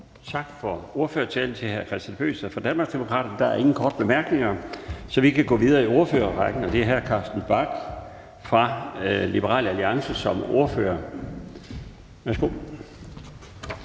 Tak til hr. Kristian Bøgsted fra Danmarksdemokraterne for ordførertalen. Der er ingen korte bemærkninger, så vi kan gå videre i ordførerrækken. Det er hr. Carsten Bach fra Liberal Alliance som ordfører. Værsgo.